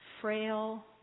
frail